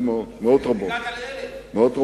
מאות רבות.